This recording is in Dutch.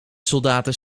soldaten